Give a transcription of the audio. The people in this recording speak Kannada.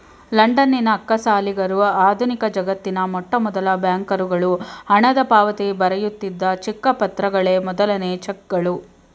ಲಂಡನ್ನಿನ ಅಕ್ಕಸಾಲಿಗರು ಆಧುನಿಕಜಗತ್ತಿನ ಮೊಟ್ಟಮೊದಲ ಬ್ಯಾಂಕರುಗಳು ಹಣದಪಾವತಿ ಬರೆಯುತ್ತಿದ್ದ ಚಿಕ್ಕ ಪತ್ರಗಳೇ ಮೊದಲನೇ ಚೆಕ್ಗಳು